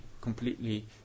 completely